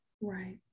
Right